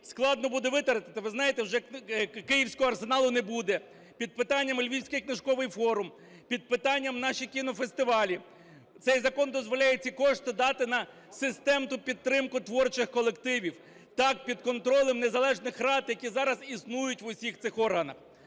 складно буде витратити. Ви знаєте, вже "Київського арсеналу" не буде. Під питанням Львівський книжковий форм. Під питанням наші кінофестивалі. Цей закон дозволяє ці кошти дати на системну підтримку творчих колективів, так, під контролем незалежних рад, які існують в усіх цих органах.